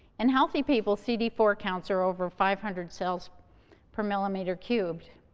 and healthy people, c d four counts are over five hundred cells per millimeter cubed,